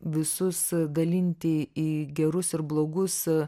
visus dalinti į gerus ir blogus